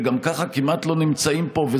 וגם ככה כמעט שלא נמצאים פה,